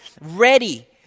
ready